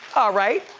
ah right,